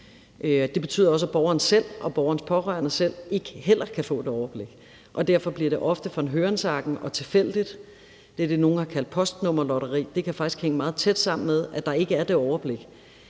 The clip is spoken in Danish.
Det betyder også, at borgeren selv og borgerens pårørende heller ikke kan få et overblik. Derfor bliver det ofte von hørensagen og tilfældigt, det er det, nogle har kaldt postnummerlotteri, og det kan faktisk hænge meget tæt sammen med, at der ikke er det overblik.